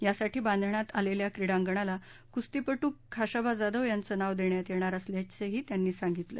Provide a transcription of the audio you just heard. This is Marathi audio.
यासाठी बांधण्यात आलेल्या क्रिडांगणाला कुस्तीपटू खाशाबा जाधव यांचं नाव देण्यात येणार असल्याचही त्यांनी सांगितलं